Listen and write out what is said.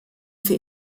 für